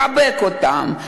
לחבק אותם,